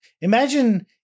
imagine